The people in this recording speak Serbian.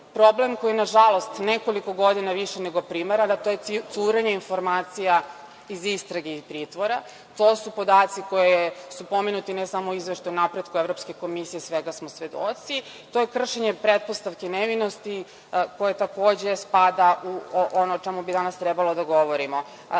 Problem koji na žalost nekoliko godina više nego primera, a to curenje informacija iz istrage i pritvora. To su podaci koji su spomenuti ne samo o izveštaju o napretku Evropske komisije, svega smo svedoci. To je kršenje pretpostavke nevinosti koja takođe, spada u ono o čemu bi danas trebalo da govorimo. Kada